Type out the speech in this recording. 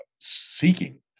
seeking